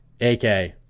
AK